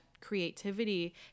creativity